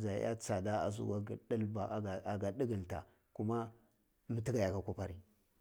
iya jada allaha dilba aga ndiggleta mi ti ga iya kuma kwappa ri.